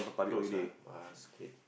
close ah basket